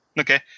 Okay